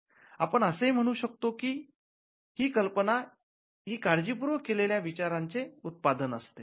आपण असेही म्हणू शकतो की कल्पना ही काळजीपूर्वक केलेल्या विचारांचे उत्पादन असते